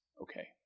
okay